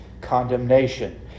condemnation